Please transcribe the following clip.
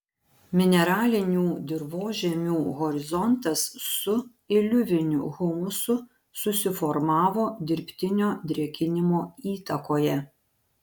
mineralinių dirvožemių horizontas su iliuviniu humusu susiformavo dirbtinio drėkinimo įtakoje